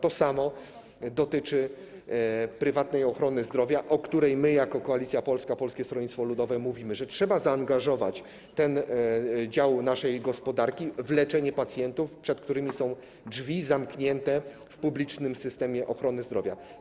To samo dotyczy prywatnej ochrony zdrowia, o której my jako Koalicja Polska - Polskie Stronnictwo Ludowe mówimy, że trzeba zaangażować ten dział naszej gospodarki w leczenie pacjentów, przed którymi drzwi są zamknięte w publicznym systemie ochrony zdrowia.